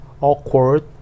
awkward